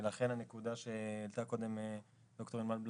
ולכן ביחס לנקודה שהעלתה קודם ד"ר ענבל בלאו,